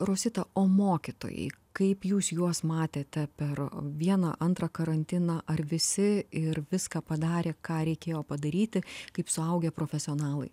rosita o mokytojai kaip jūs juos matėte per vieną antrą karantiną ar visi ir viską padarė ką reikėjo padaryti kaip suaugę profesionalai